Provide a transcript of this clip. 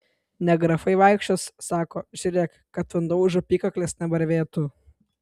ne grafai vaikščios sako žiūrėk kad vanduo už apykaklės nevarvėtų